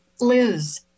Liz